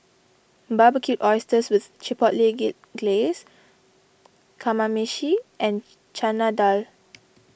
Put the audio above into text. Barbecued Oysters with Chipotle Glaze Kamameshi and Chana Dal